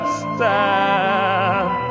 stand